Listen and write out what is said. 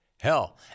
Hell